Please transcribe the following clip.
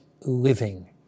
living